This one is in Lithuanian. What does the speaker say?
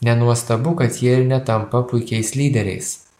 nenuostabu kad jie ir netampa puikiais lyderiais